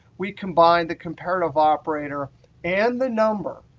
we combine the comparative operator and the number.